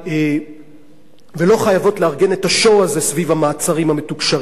ולא לארגן את ה-show הזה סביב המעצרים המתוקשרים האלה.